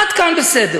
עד כאן בסדר.